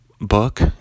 Book